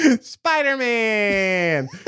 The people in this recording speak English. Spider-Man